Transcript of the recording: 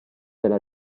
della